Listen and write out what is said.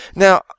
Now